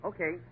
Okay